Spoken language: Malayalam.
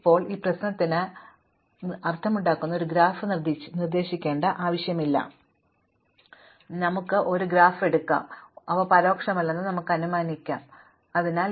ഇപ്പോൾ ഈ പ്രശ്നത്തിന് അർത്ഥമുണ്ടാക്കാൻ ഒരു ഗ്രാഫ് നിർദ്ദേശിക്കേണ്ട ആവശ്യമില്ല ഞങ്ങൾക്ക് ഒരേ ഗ്രാഫ് എടുക്കാം അവ പരോക്ഷമല്ലെന്ന് ഞങ്ങൾ അനുമാനിക്കാം അതാണ് എയർലൈൻ യഥാർത്ഥത്തിൽ എല്ലാ ജോഡി നഗരങ്ങളെയും രണ്ട് ദിശകളിലേക്കും സേവിക്കുന്നത് പ്രശ്നം ഇപ്പോഴും അർത്ഥമാക്കുന്നു